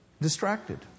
Distracted